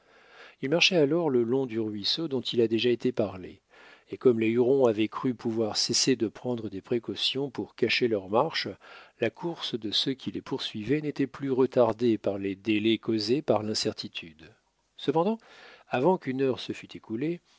ils marchaient alors le long du ruisseau dont il a déjà été parlé et comme les hurons avaient cru pouvoir cesser de prendre des précautions pour cacher leur marche la course de ceux qui les poursuivaient n'était plus retardée par les délais causés par l'incertitude cependant avant qu'une heure se fut écoulée